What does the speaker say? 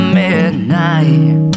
midnight